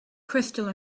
crystal